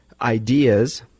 ideas